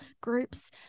groups